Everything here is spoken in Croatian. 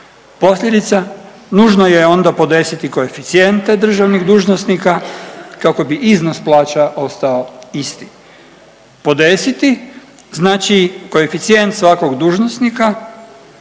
Posljedica, nužno je onda podesiti koeficijente državnih dužnosnika, kako bi iznos plaća ostao isti. Podesiti znači koeficijent svakog dužnosnika